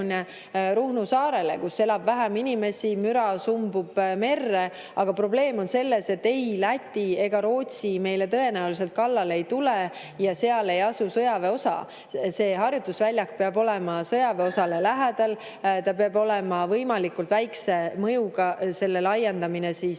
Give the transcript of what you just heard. Ruhnu saarele, kus elab vähem inimesi ja müra sumbub merre. Aga probleem on selles, et ei Läti ega Rootsi meile tõenäoliselt kallale ei tule ja seal ei asu ka sõjaväeosa. See harjutusväli peab olema sõjaväeosa lähedal, selle laiendamine peab olema võimalikult väikese mõjuga. Selliselt on see